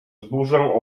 burzę